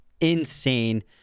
insane